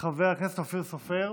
חבר הכנסת אופיר סופר,